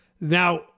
Now